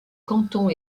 canton